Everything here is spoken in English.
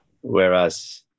Whereas